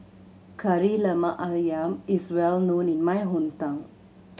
Kari Lemak Ayam is well known in my hometown